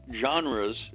genres